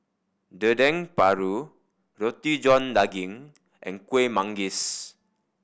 Dendeng Paru Roti John Daging and Kuih Manggis